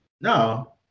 no